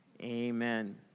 amen